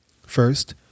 First